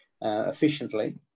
efficiently